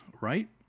right